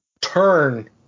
turn